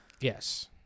Yes